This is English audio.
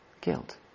Guilt